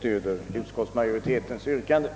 stödjer utskottsmajoritetens hemställan.